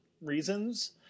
reasons